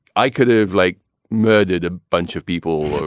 i could have like murdered a bunch of people,